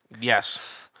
Yes